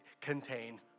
contain